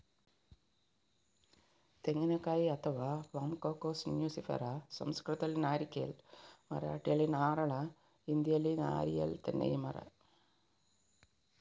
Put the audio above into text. ತೆಂಗಿನಕಾಯಿ ಅಥವಾ ಪಾಮ್ಕೋಕೋಸ್ ನ್ಯೂಸಿಫೆರಾ ಸಂಸ್ಕೃತದಲ್ಲಿ ನಾರಿಕೇಲ್, ಮರಾಠಿಯಲ್ಲಿ ನಾರಳ, ಹಿಂದಿಯಲ್ಲಿ ನಾರಿಯಲ್ ತೆನ್ನೈ ಮರ